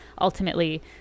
ultimately